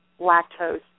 lactose